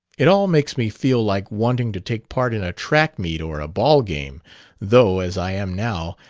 it all makes me feel like wanting to take part in a track-meet or a ball-game though, as i am now,